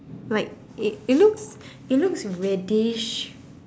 like it it looks it looks reddish